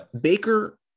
Baker